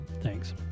Thanks